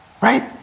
right